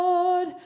Lord